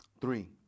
Three